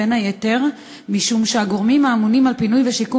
בין היתר משום שהגורמים האמונים על פינוי ושיקום